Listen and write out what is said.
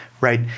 right